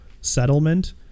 settlement